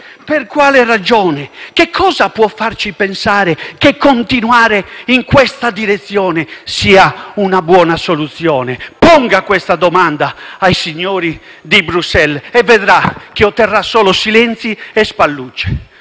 continuità, che cosa può farci pensare che continuare in questa direzione sia una buona soluzione? Ponga questa domanda ai signori di Bruxelles e vedrà che otterrà solo silenzi e spallucce.